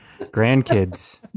grandkids